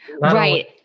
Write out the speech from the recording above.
Right